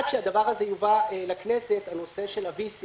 עד שהנושא של ה-VC,